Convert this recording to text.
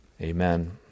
Amen